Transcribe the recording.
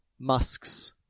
musks